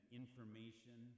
information